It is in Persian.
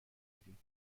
بدهیم